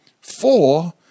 Four